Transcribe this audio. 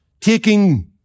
taking